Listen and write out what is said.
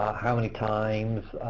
how many times?